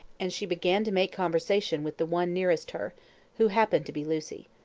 and she began to make conversation with the one nearest her who happened to be lucy.